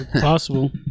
possible